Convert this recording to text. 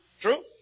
True